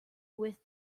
with